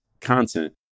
content